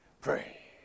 Pray